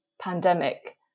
pandemic